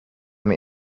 them